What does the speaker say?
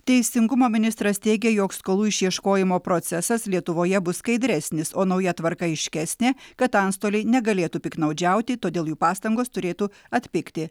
teisingumo ministras teigė jog skolų išieškojimo procesas lietuvoje bus skaidresnis o nauja tvarka aiškesnė kad antstoliai negalėtų piktnaudžiauti todėl jų pastangos turėtų atpigti